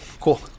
cool